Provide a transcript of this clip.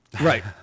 Right